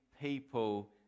people